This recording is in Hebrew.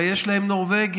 הרי יש להם נורבגים.